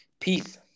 Peace